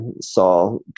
saw